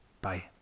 Bye